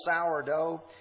sourdough